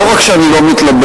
לא רק שאני לא מתלבט,